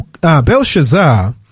Belshazzar